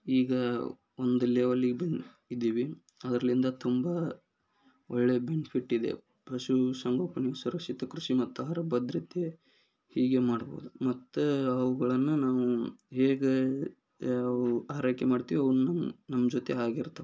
ಈಗ ಒಂದು ಲೆವಲಿಗೆ ಬಂದು ಇದ್ದೀವಿ ಅದರಲ್ಲಿಂದ ತುಂಬ ಒಳ್ಳೆಯ ಬೆನಿಫಿಟ್ ಇದೆ ಪಶು ಸಂಗೋಪನೆ ಸುರಕ್ಷಿತ ಕೃಷಿ ಮತ್ತು ಆಹಾರ ಭದ್ರತೆ ಹೀಗೆ ಮಾಡ್ಬೋದು ಮತ್ತು ಅವುಗಳನ್ನು ನಾವು ಹೇಗೆ ಅವು ಆರೈಕೆ ಮಾಡ್ತಿವೋ ಅವನ್ನ ನಮ್ಮ ಜೊತೆ ಹಾಗೆ ಇರ್ತವೆ